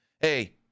Hey